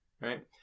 Right